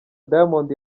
diamond